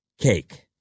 cake